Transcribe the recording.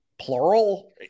plural